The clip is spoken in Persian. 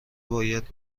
باید